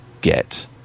get